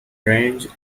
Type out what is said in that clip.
range